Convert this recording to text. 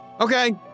Okay